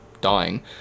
dying